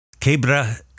Quebra